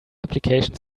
application